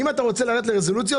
אם אתה רוצה לרדת לרזולוציות,